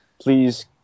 Please